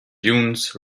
dunes